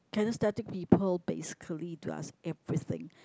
kinaesthetic people basically does everything